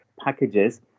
packages